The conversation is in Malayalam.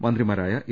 മന്ത്രിമാരായ എ